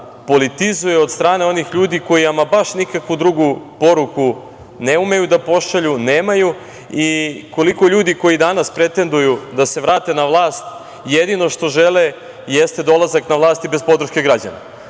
politizuje od strane onih ljudi koji ama baš nikakvu drugu poruku ne umeju da pošalju, nemaju i koliko ljudi koji danas pretenduju da se vrate na vlast jedino što žele jeste dolazak na vlast bez podrške građana.